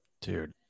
Dude